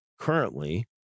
currently